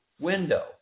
window